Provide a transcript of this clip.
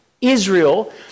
israel